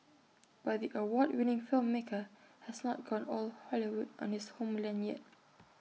but the award winning filmmaker has not gone all Hollywood on his homeland yet